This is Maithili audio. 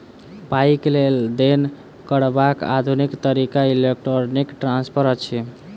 पाइक लेन देन करबाक आधुनिक तरीका इलेक्ट्रौनिक ट्रांस्फर अछि